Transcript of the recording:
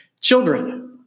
Children